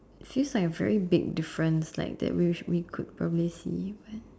seems like a very big difference like that wish we could probably see but